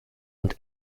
und